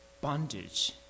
bondage